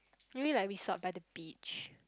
maybe like resort by the beach